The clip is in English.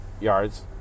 yards